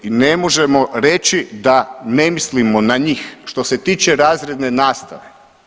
I ne možemo reći da ne mislimo na njih što se tiče razredne nastave.